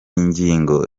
ngingo